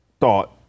thought